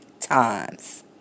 Times